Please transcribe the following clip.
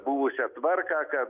buvusią tvarką kad